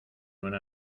una